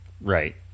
Right